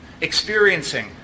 experiencing